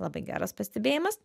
labai geras pastebėjimas